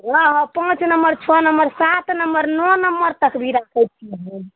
हँ हँ पाँच नम्बर छओ नम्बर सात नम्बर नओ नम्बर तक भी राखै छियै हम